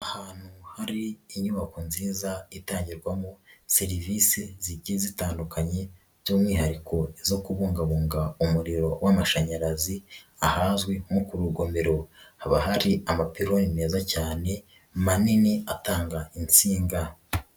Ahantu hari inyubako nziza itangirwamo serivisi zigiye zitandukanye, by'umwihariko izo kubungabunga umuriro w'amashanyarazi, ahazwi nko ku rugomero, haba hari amapironi meza cyane, manini atanga insinga.